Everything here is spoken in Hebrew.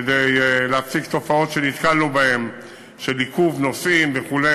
כדי להפסיק תופעות שנתקלנו בהן של עיכוב נוסעים וכו',